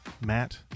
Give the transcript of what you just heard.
matt